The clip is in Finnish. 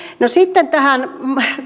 no sitten tähän